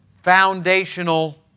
foundational